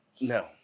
No